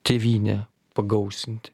tėvynę pagausinti